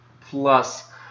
plus